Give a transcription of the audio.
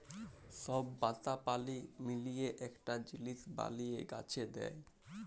সব পাতা পালি মিলিয়ে একটা জিলিস বলিয়ে গাছে দেয়